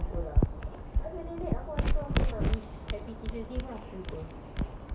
!wah! kau turun sekolah eh buat apa seh rajinnya